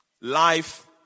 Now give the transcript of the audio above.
Life